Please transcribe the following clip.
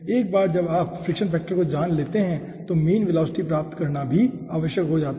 एक बार जब आप फ्रिक्शन फैक्टर को जान लेते हैं तो मीन वेलोसिटी प्राप्त करना भी आवश्यक हो जाता है